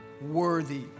worthy